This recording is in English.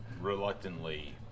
reluctantly